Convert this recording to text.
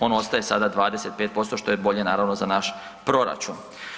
On ostaje sada 25%, što je bolje, naravno za naš proračun.